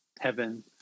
heaven